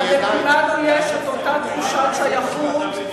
אבל לכולנו יש אותה תחושת שייכות,